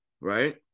right